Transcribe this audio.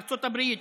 ארצות הברית,